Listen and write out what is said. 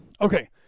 Okay